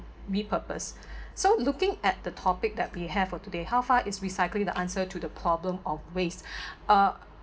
repurpose so looking at the topic that we have for today how far is recycling the answer to the problem of waste uh